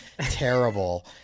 terrible